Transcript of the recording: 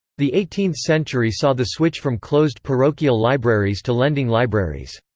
the eighteenth century saw the switch from closed parochial libraries to lending libraries.